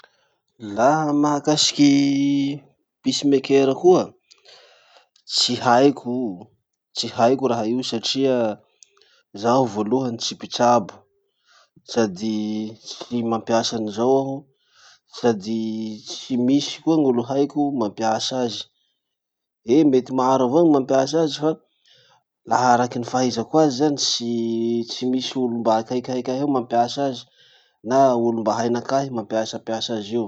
Laha mahakasiky peacemaker koa, tsy haiko o, tsy haiko raha io satria zaho voalohany tsy mpitsabo sady tsy mampiasa anizao sady tsy misy koa gn'olo haiko mampiasa azy. Eh mety maro avao gny mampiasa azy fa laha araky ny fahaizako azy zany tsy tsy misy olo mba akaikaiky ahy eo mampiasa azy na olo mba hainakahy mampiasampiasa azy io.